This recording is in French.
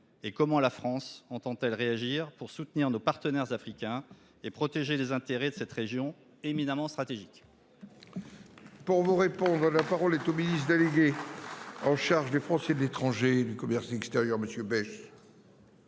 Et comment la France entend-elle réagir pour soutenir nos partenaires africains et protéger les intérêts de cette région éminemment stratégique ?